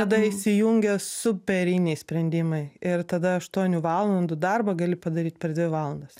tada įsijungia superiniai sprendimai ir tada aštuonių valandų darbą gali padaryt per dvi valandas